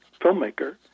filmmaker